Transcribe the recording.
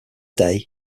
day